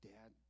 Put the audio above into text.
Dad